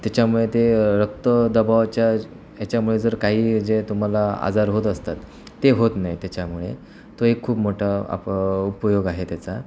त्याच्यामुळे ते रक्तदबावाच्या ह्याच्यामुळे जर काही जे तुम्हाला आजार होत असतात ते होत नाही त्याच्यामुळे तो एक खूप मोठा आपं उपयोग आहे त्याचा